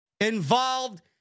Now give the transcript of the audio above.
involved